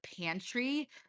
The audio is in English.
pantry